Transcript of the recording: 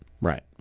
right